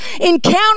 encounter